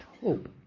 hope